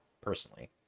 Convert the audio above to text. personally